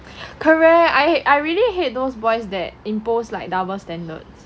correct I I really hate those boys that impose like double standards